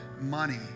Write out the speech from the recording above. money